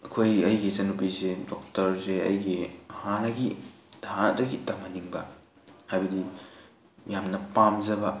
ꯑꯩꯈꯣꯏ ꯑꯩꯒꯤ ꯏꯆꯟꯅꯨꯄꯤꯁꯦ ꯗꯣꯛꯇꯔꯁꯦ ꯑꯩꯒꯤ ꯍꯥꯟꯅꯒꯤ ꯍꯥꯟꯅꯗꯒꯤ ꯇꯝꯍꯟꯅꯤꯡꯕ ꯍꯥꯏꯕꯗꯤ ꯌꯥꯝꯅ ꯄꯥꯝꯖꯕ